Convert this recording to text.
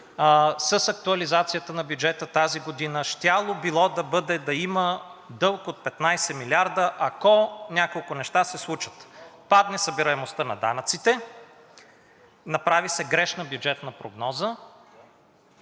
с актуализацията на бюджета тази година, щяло било да има дълг от 15 милиарда, ако няколко неща се случат – падне събираемостта на данъците, направи се грешна бюджетна прогноза